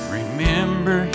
remember